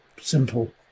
Simple